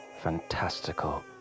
fantastical